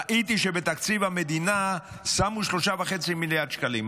ראיתי שבתקציב המדינה שמו 3.5 מיליארד שקלים,